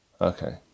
okay